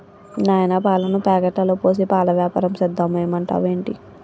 నాయనా పాలను ప్యాకెట్లలో పోసి పాల వ్యాపారం సేద్దాం ఏమంటావ్ ఏంటి